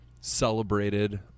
Celebrated